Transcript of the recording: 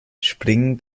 springen